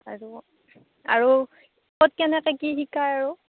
আৰু আৰু ক'ত কেনেকে কি শিকায় আৰু